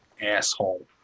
asshole